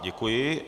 Děkuji.